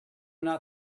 not